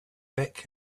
back